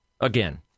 again